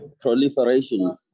proliferation